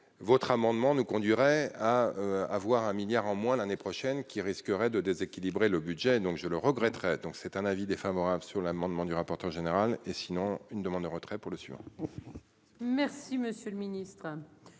votre amendement nous conduirait à avoir un milliard en moins l'année prochaine qui risqueraient de déséquilibrer le budget, donc je le regretterai, donc c'est un avis défavorable sur l'amendement du rapporteur général et sinon une demande de retrait pour le soir. Merci, monsieur le Ministre,